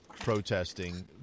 protesting